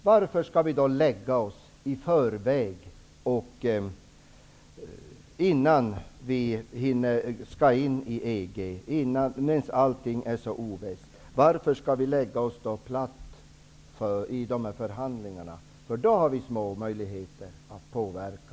Varför skall vi då lägga oss platt i förväg, innan vi skall in i EG och medan allt är så ovisst? Varför skall vi lägga oss platt i dessa förhandlingar? Om vi gör det har vi små möjligheter att påverka.